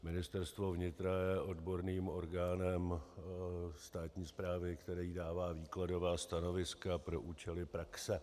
Ministerstvo vnitra je odborným orgánem státní správy, který jí dává výkladová stanovisko pro účely praxe.